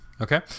Okay